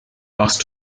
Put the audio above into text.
machst